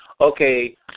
Okay